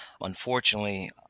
Unfortunately